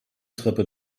treppe